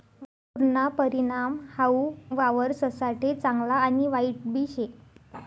पुरना परिणाम हाऊ वावरससाठे चांगला आणि वाईटबी शे